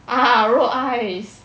ah roll eyes